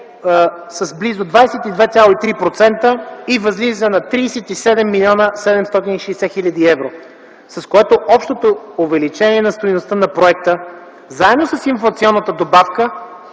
с близо 22,3% и възлиза на 37 млн. 760 хил. евро, с което общото увеличение на стойността на проекта, заедно с инфлационната добавка